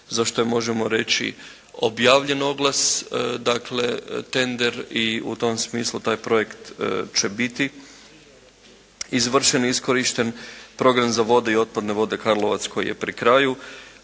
za što možemo reći objavljen oglas, dakle tender i u tom smislu taj projekt će biti izvršen i iskorišten. Program za vode i otpadne vode Karlovac koji je pri kraju.